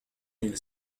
mille